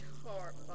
heart